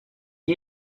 you